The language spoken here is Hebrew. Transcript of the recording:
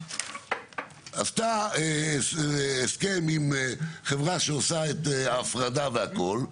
עשתה הסכם עם חברה שעושה את ההפרדה והכול,